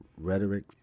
rhetoric